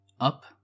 Up